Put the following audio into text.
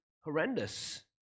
horrendous